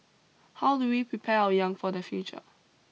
how do we prepare our young for the future